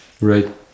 Right